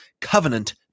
covenant